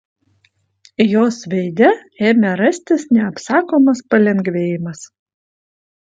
jos veide ėmė rastis neapsakomas palengvėjimas